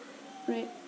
right